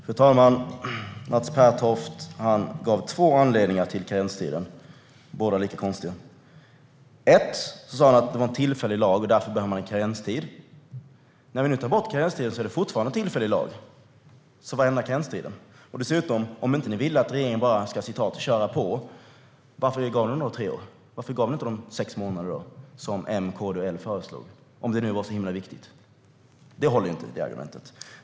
Fru talman! Mats Pertoft gav två argument för karenstiden, båda lika konstiga. Det första argument han framförde var att det var en tillfällig lag och att man därför behövde en karenstid. När vi nu tar bort karenstiden är det fortfarande en tillfällig lag. Vad ändrar då karenstiden? Dessutom, Mats Pertoft: Om ni inte ville att regeringen bara skulle "köra på", varför gav ni den då tre år? Varför gav ni den inte sex månader, som M, KD och L föreslog, om detta nu var så himla viktigt? Det här argumentet håller inte.